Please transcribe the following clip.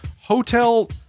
hotel